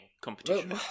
competition